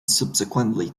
subsequently